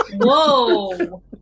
whoa